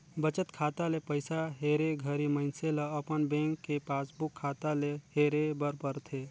बचत खाता ले पइसा हेरे घरी मइनसे ल अपन बेंक के पासबुक खाता ले हेरे बर परथे